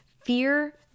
Fear